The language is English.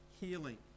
healing